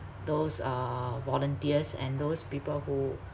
those uh volunteers and those people who